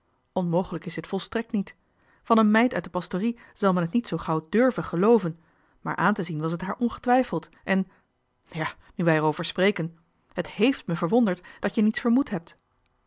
onmogelijk is dit volstrekt niet van een meid uit de pastorie zal men het niet zoo gauw dùrven gelooven maar aan te zien was het haar ongetwijfeld en ja nu wij erover spreken het hééft me verwonderd dat je niets vermoed hebt